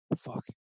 Fuck